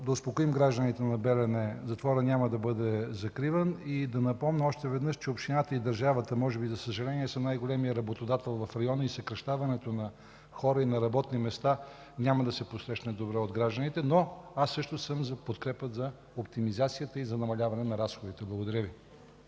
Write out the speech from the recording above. да успокоим гражданите на Белене: затворът няма да бъде закриван. Да напомня още веднъж, че общината и държавата може би, за съжаление, са най-големият работодател в района и съкращаването на хора и работни места няма да се посрещне добре от гражданите, но аз също съм за подкрепа, за оптимизацията и за намаляване на разходите. Благодаря Ви.